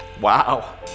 Wow